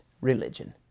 religion